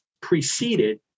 preceded